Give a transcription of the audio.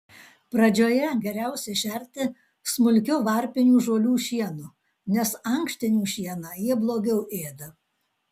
pradžioje geriausia šerti smulkiu varpinių žolių šienu nes ankštinių šieną jie blogiau ėda